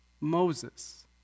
Moses